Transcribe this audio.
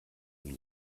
nie